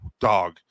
dog